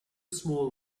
small